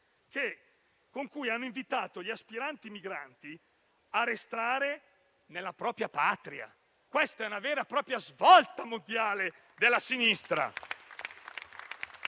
molto importanti - gli aspiranti migranti a restare nella propria patria. Questa è una vera e propria svolta mondiale della sinistra.